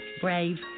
Brave